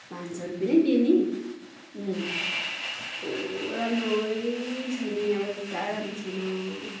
पाँच सय रुपे नै दिएँ नि कस्तो राम्रै छैन नि अब एउटा राम्रो छैन